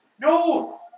No